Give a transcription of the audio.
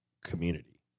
community